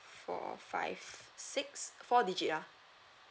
four five six four digit ah